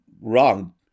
wrong